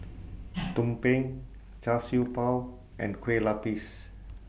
Tumpeng Char Siew Bao and Kueh Lupis